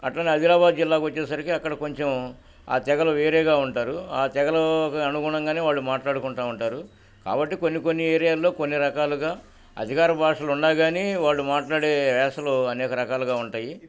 అట్లనే ఆదిలాబాద్ జిల్లాక వచ్చేసరికి అక్కడ కొంచెం ఆ తెగలు వేరేగా ఉంటారు ఆ తెగలకు అనుగుణంగానే వాళ్ళు మాట్లాడుకుంటూ ఉంటారు కాబట్టి కొన్ని కొన్ని ఏరియాల్లో కొన్ని రకాలుగా అధికార భాషలు ఉన్నాకానీ వాళ్ళు మాట్లాడే యాసలో అనేక రకాలుగా ఉంటాయి